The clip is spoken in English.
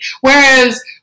whereas